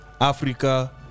Africa